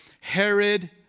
Herod